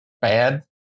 bad